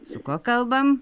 su kuo kalbam